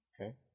Okay